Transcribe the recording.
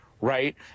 right